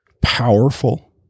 powerful